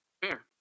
fair